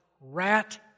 rat